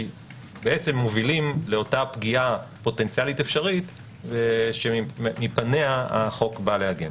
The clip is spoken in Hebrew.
הם מובילים לאותה פגיעה פוטנציאלית אפשרית שמפניה החוק בא להגן.